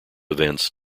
events